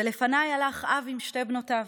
ולפניי הלך אב עם שתי בנותיו.